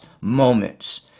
moments